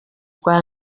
rwa